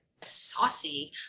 saucy